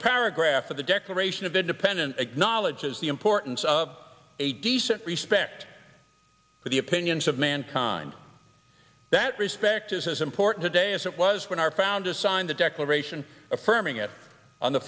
opening paragraph of the declaration of independence acknowledges the importance of a decent respect for the opinions of mankind that respect is as important today as it was when our founders signed the declaration affirming it on the